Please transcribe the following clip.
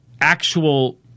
actual